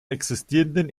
existierenden